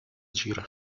agire